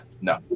No